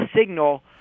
signal